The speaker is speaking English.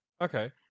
Okay